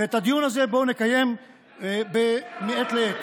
ואת הדיון הזה בואו נקיים מעת לעת.